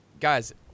guys